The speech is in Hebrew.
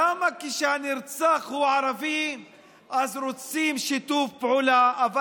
למה כשהנרצח הוא ערבי אז רוצים שיתוף פעולה אבל